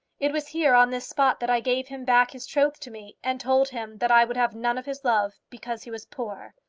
it was here, on this spot, that i gave him back his troth to me, and told him that i would have none of his love, because he was poor.